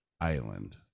Island